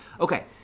Okay